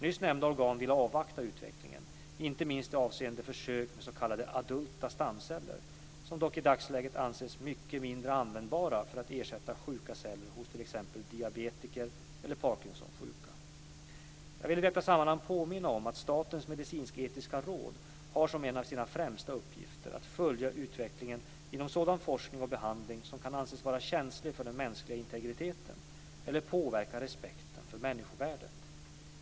Nyss nämnda organ vill avvakta utvecklingen inte minst avseende försök med s.k. adulta stamceller som dock i dagsläget anses mycket mindre användbara för att ersätta sjuka celler hos t.ex. diabetiker eller Parkinsonsjuka. Jag vill i detta sammanhang påminna om att Statens medicinsk-etiska råd har som en av sina främsta uppgifter att följa utvecklingen inom sådan forskning och behandling som kan anses vara känslig för den mänskliga integriteten eller påverka respekten för människovärdet.